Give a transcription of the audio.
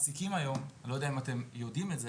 והמעסיקים היום לא יודע אם אתם יודעים את זה